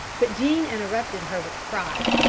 but jean interrupted her with a cry.